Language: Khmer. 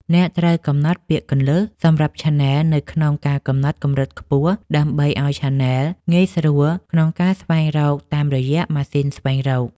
អ្នកត្រូវកំណត់ពាក្យគន្លឹះ សម្រាប់ឆានែលនៅក្នុងការកំណត់កម្រិតខ្ពស់ ដើម្បីឱ្យឆានែលងាយស្រួលក្នុងការស្វែងរកតាមរយៈម៉ាស៊ីនស្វែងរក។